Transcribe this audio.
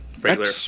regular